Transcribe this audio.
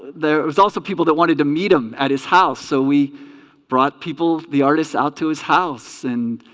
there was also people that wanted to meet him at his house so we brought people the artists out to his house and